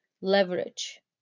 leverage